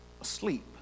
asleep